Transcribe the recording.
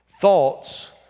thoughts